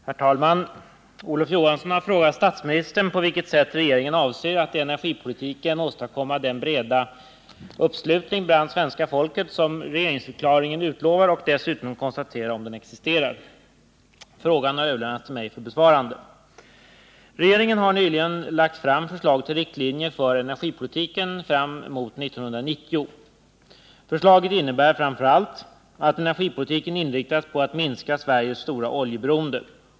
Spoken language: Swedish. Herr talman! Olof Johansson har frågat statsministern på vilket sätt regeringen avser att i energipolitiken åstadkomma den breda uppslutning bland svenska folket som regeringsförklaringen utlovar och dessutom konstatera om den existerar. Frågan har överlämnats till mig för besvarande. Regeringen har nyligen lagt fram förslag til! riktlinjer för energipolitiken fram mot 1990. Förslaget innebär framför allt att energipolitiken inriktas på att minska Sveriges stora oljeberoende.